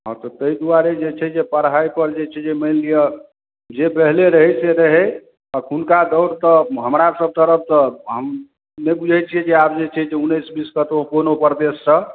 हँ तऽ ताहि दुआरे जे छै जे पढाइ पर जे छै जे मानि लिअ जे पहिले रहै से रहै अखुनका दौड़ के हमरा सब तरफ तऽ हम नहि बुझै छियै जे आब जे छै जे उन्नैस बीस कतौ कोनो परदेश सऽ